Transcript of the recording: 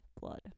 blood